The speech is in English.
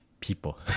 People